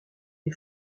est